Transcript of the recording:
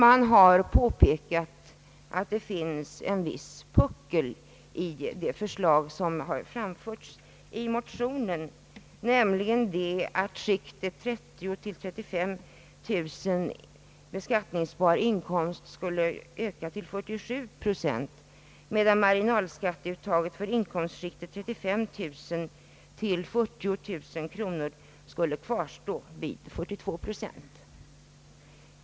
Det har påpekats att det finns en viss puckel i det för slag som har framförts i motionen, nämligen det förhållandet att i skiktet 30 000—335 000 kronor beskattningsbar inkomst skulle uttaget öka till 47 procent, medan marginalskatteuttaget för inkomstskiktet 35 000—40 000 kronor skulle kvarstå vid 42 procent.